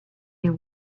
you